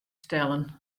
stellen